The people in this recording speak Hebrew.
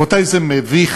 רבותי, זה מביך,